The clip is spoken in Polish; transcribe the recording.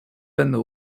będę